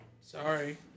Sorry